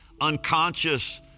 unconscious